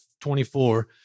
24